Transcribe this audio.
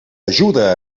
ajuda